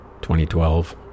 2012